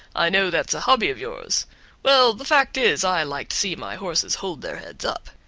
i know that's a hobby of yours well, the fact is, i like to see my horses hold their heads up.